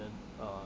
then uh